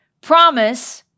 promise